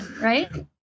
Right